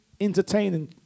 entertaining